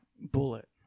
bullet